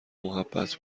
محبت